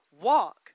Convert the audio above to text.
Walk